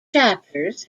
chapters